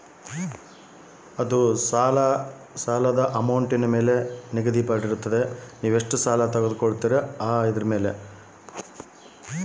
ಸಾಲ ವಾಪಸ್ ಎಷ್ಟು ಕಂತಿನ್ಯಾಗ ಕಟ್ಟಬೇಕು?